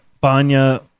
Banya